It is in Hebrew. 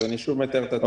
אני שום מתאר את התהליך.